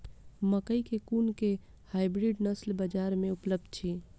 मकई केँ कुन केँ हाइब्रिड नस्ल बजार मे उपलब्ध अछि?